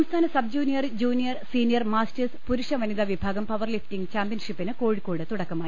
സംസ്ഥാന sub junior junior senior masters പുരൂഷ വനിത വിഭാഗം പവർ ലിഫ്റ്റിംഗ് ചാംപ്യൻഷിപ്പിന് കോഴിക്കോട് തുടക്കമായി